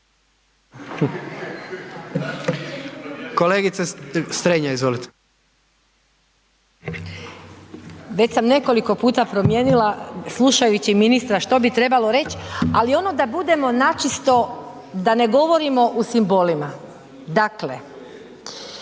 Ines (Nezavisni)** Već sam nekoliko puta promijenila, slušajući ministra što bi trebalo reći ali ono da budemo načisto, da ne govorimo u simbolima. Dakle,